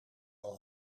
wel